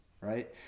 right